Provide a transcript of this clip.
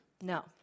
No